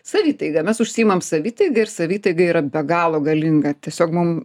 savitaiga mes užsiimam savitaiga ir savitaiga yra be galo galinga tiesiog mum